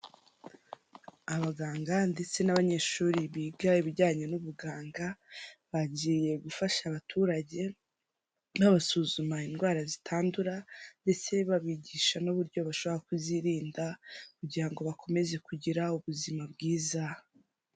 Abaganga ndetse n'abanyeshuri biga ibijyanye n'ubuganga, bagiye gufasha abaturage babasuzuma indwara zitandura ndetse babigisha n'uburyo bashobora kuzirinda kugirango bakomeze kugira ubuzima bwiza.